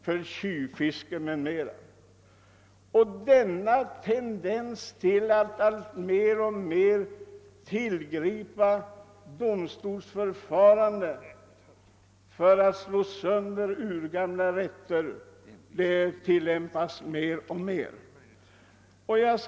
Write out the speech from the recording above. Det är en tendens att alltmer tillgripa domstolsförfarande för att slå sönder urgamla rättigheter.